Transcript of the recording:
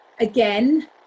again